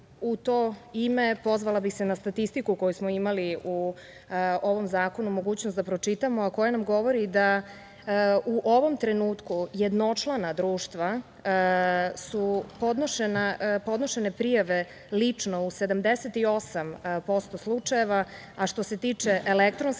u to ime pozvala bih se na statistiku koju smo imali u ovom zakonu mogućnost da pročitamo, a koja nam govori da u ovom trenutku jednočlana društva su podnošene prijave lično u 78% slučajeva, a što se tiče elektronske